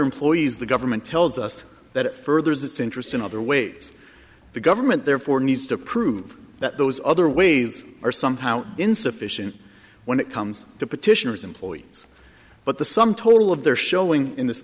employees the government tells us that it furthers its interests in other ways the government therefore needs to prove that those other ways are somehow insufficient when it comes to petitioners employees but the sum total of their showing in this